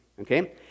okay